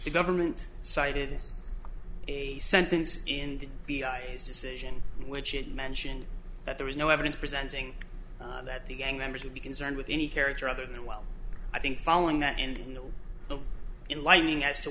the government cited a sentence in the vi's decision which it mentioned that there is no evidence presenting that the gang members would be concerned with any character other than well i think following that in the enlightening as to